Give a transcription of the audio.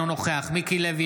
אינו נוכח מיקי לוי,